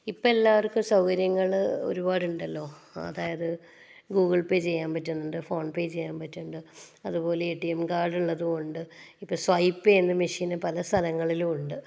ഇപ്പം എല്ലാവർക്കും സൗകര്യങ്ങൾ ഒരുപാടുണ്ടല്ലോ അതായത് ഗൂഗിൾ പേ ചെയ്യാൻ പറ്റുന്നുണ്ട് ഫോൺ പേ ചെയ്യാൻ പറ്റുന്നുണ്ട് അതുപോലെ എ ടി എം കാർഡ് ഉള്ളതുകൊണ്ട് ഇപ്പോൾ സ്വയ്പ് ചെയ്യുന്ന മെഷീന് പല സ്ഥലങ്ങളിലും ഉണ്ട്